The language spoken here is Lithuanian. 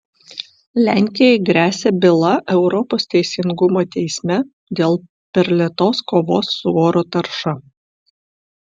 lenkijai gresia byla europos teisingumo teisme dėl per lėtos kovos su oro tarša